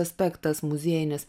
aspektas muziejinis